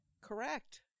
Correct